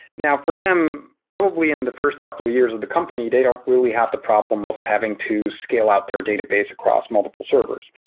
now, for them, probably in the first couple years of the company they don't really have the problem of having to scale out their database across multiple servers.